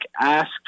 asked